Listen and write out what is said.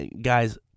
Guys